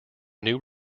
new